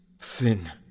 thin